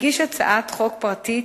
הגיש הצעת חוק פרטית,